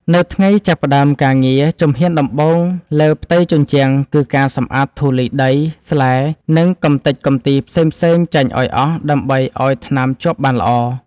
នៅថ្ងៃចាប់ផ្ដើមការងារ ជំហានដំបូងលើផ្ទៃជញ្ជាំងគឺការសម្អាតធូលីដី ស្លែ និងកម្ទេចកម្ទីផ្សេងៗចេញឱ្យអស់ ដើម្បីឱ្យថ្នាំជាប់បានល្អ។